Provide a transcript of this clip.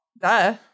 Duh